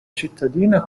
cittadina